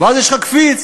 ואז יש לך קפיץ.